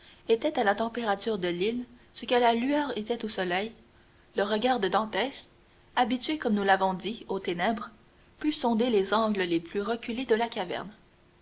était à la température de l'île ce que la lueur bleue était au soleil le regard de dantès habitué comme nous l'avons dit aux ténèbres put sonder les angles les plus reculés de la caverne